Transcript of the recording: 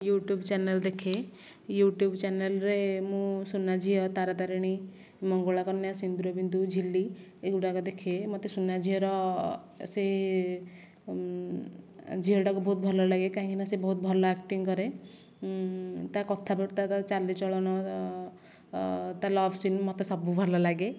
YouTube channel ଦେଖେ YouTube ଚ୍ୟାନେଲ୍ରେ ମୁଁ ସୁନାଝିଅ ତାରାତାରିଣୀ ମଙ୍ଗୁଳା କନ୍ୟା ସିନ୍ଦୂର ବିନ୍ଦୁ ଝିଲ୍ଲି ଏଗୁଡ଼ାକ ଦେଖେ ମୋତେ ସୁନାଝିଅର ସେ ଝିଅଟାକୁ ବହୁତ୍ ଭଲ ଲାଗେ କାହିଁକିନା ସେ ବହୁତ୍ ଭଲ ଆକ୍ଟିଙ୍ଗ କରେ ତା' କଥାବାର୍ତ୍ତା ତା' ଚାଲିଚଳନ ତା' ଲଭ୍ ସିନ୍ ମୋତେ ସବୁ ଭଲ ଲାଗେ